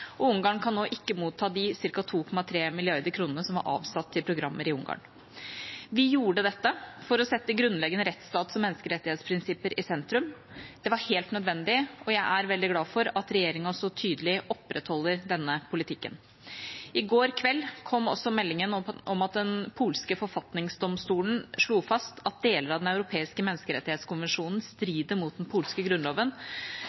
og Ungarn kan nå ikke motta de ca. 2,3 mrd. kr som var avsatt til programmer i Ungarn. Vi gjorde dette for å sette grunnleggende rettsstats- og menneskerettighetsprinsipper i sentrum. Det var helt nødvendig, og jeg er veldig glad for at regjeringa så tydelig opprettholder denne politikken. I går kveld kom også meldingen om at den polske forfatningsdomstolen slo fast at deler av Den europeiske